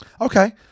Okay